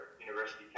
university